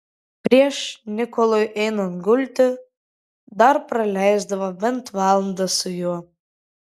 prieš nikolui einant gulti dar praleisdavo bent valandą su juo